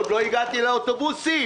עוד לא הגעתי לאוטובוסים,